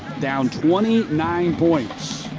down twenty nine points.